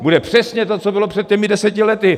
Bude přesně to, co bylo před těmi deseti lety.